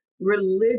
religion